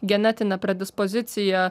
genetine predispozicija